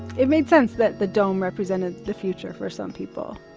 it made sense that the dome represented the future for some people